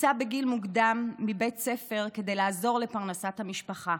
הוצא בגיל מוקדם מבית ספר כדי לעזור בפרנסת המשפחה,